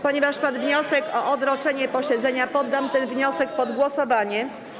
Ponieważ padł wniosek o odroczenie posiedzenia, poddam ten wniosek pod głosowanie.